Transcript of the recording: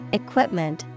equipment